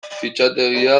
fitxategia